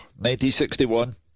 1961